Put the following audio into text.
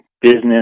business